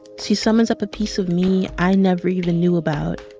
she summons up a piece of me i never even knew about.